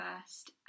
first